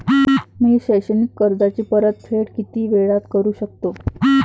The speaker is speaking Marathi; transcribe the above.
मी शैक्षणिक कर्जाची परतफेड किती वेळात करू शकतो